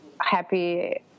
happy